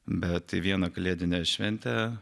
bet vieną kalėdinę šventę